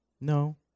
No